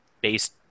based